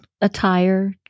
Attire